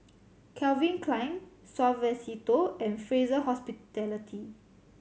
Calvin Klein Suavecito and Fraser Hospitality